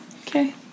Okay